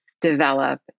develop